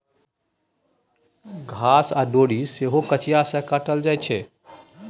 घास आ डोरी सेहो कचिया सँ काटल जाइ छै